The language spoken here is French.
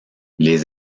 les